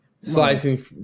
slicing